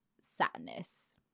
sadness